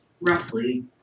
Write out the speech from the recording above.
roughly